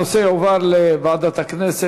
הנושא יועבר לוועדת הכנסת,